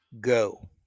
go